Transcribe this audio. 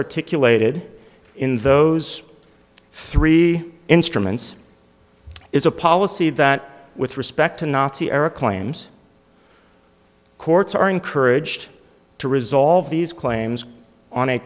articulated in those three instruments is a policy that with respect to nazi era claims courts are encouraged to resolve these claims on a